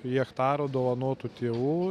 hektarų dovanotų tėvų